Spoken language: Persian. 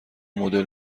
مدل